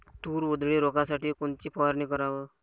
तूर उधळी रोखासाठी कोनची फवारनी कराव?